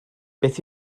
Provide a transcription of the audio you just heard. beth